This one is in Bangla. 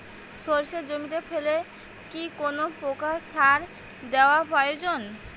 সর্ষে জমিতে ফেলে কি কোন প্রকার সার দেওয়া প্রয়োজন?